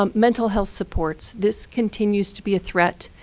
um mental health supports, this continues to be a threat